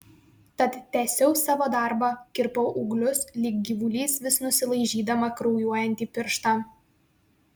tad tęsiau savo darbą kirpau ūglius lyg gyvulys vis nusilaižydama kraujuojantį pirštą